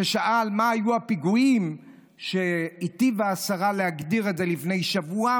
ששאל מה היו הפיגועים שהטיבה השרה להגדיר את זה לפני שבוע,